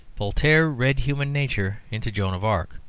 voltaire read human nature into joan of arc,